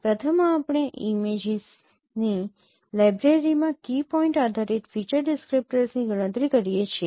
પ્રથમ આપણે ઇમેજીસની લાઇબ્રેરીમાં કી પોઈન્ટ આધારિત ફીચર ડિસક્રીપ્ટર્સની ગણતરી કરીએ છીએ